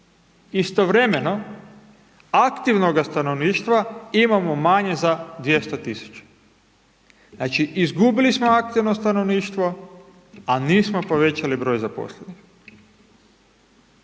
Istovremeno aktivnoga stanovništva imamo manje za 200.000, znači izgubili smo aktivno stanovništvo, a nismo povećali broj zaposlenih.